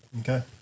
Okay